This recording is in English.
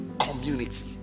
community